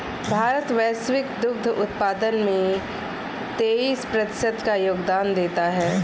भारत वैश्विक दुग्ध उत्पादन में तेईस प्रतिशत का योगदान देता है